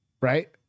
Right